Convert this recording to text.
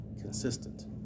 consistent